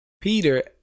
Peter